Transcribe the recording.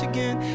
Again